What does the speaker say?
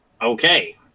Okay